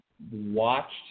Watched